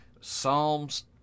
psalms